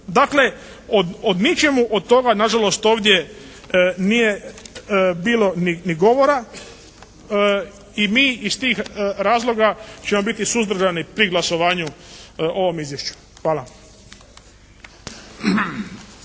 Dakle, o ničemu od toga nažalost ovdje nije ni bilo govora. I mi iz tih razloga ćemo biti suzdržani pri glasovanju o ovom izvješću. Hvala.